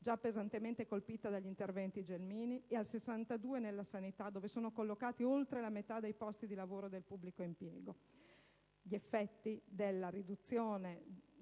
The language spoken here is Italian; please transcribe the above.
già pesantemente colpita dagli interventi Gelmini, e del 62 per cento della sanità, dove sono collocati oltre la metà dei posti di lavoro del pubblico impiego